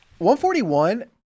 141